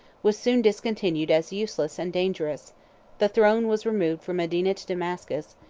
was soon discontinued as useless and dangerous the throne was removed from medina to damascus,